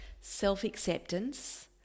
Self-acceptance